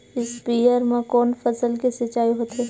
स्पीयर म कोन फसल के सिंचाई होथे?